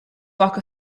walk